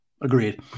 Agreed